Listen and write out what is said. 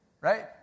Right